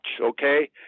okay